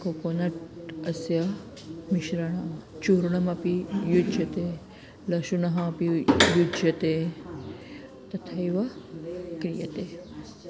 coconut अस्य मिश्रणचूर्णमपि युज्यते लशुनः अपि युज्यते तथैव क्रियते